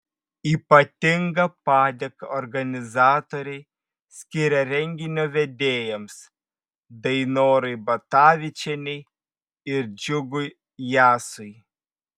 ypatingą padėką organizatoriai skiria renginio vedėjams dainorai batavičienei ir džiugui jasui